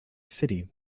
city